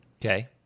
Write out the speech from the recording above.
Okay